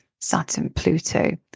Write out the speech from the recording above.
Saturn-Pluto